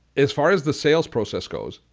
as far as the sales process goes,